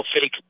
fake